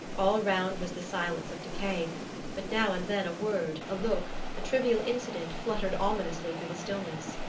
all round was the silence of decay but now and then a word, a look, a trivial incident, fluttered ominously through the stillness.